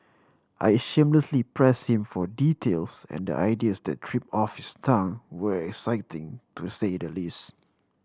I shamelessly pressed him for details and the ideas that trip off his tongue were exciting to say the least